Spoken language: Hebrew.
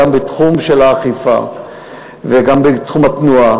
גם בתחום האכיפה וגם בתחום התנועה.